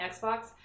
Xbox